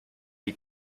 die